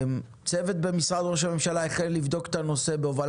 צוות בהובלת מנכ"ל משרד ראש הממשלה התחיל לבדוק את הנושא.